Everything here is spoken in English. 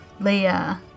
Leia